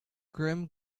grim